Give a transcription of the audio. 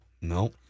No